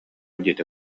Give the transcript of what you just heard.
диэтэ